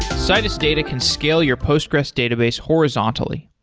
citus data can scale your postgres database horizontally.